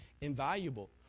invaluable